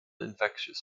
infectious